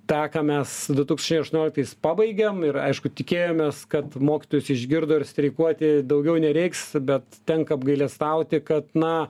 tą ką mes du tūkstančiai aštuonioliktais pabaigėm ir aišku tikėjomės kad mokytojus išgirdo ir streikuoti daugiau nereiks bet tenka apgailestauti kad na